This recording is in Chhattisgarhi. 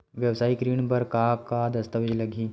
वेवसायिक ऋण बर का का दस्तावेज लगही?